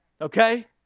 Okay